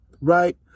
Right